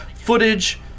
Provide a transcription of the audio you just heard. footage